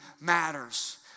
matters